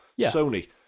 Sony